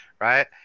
right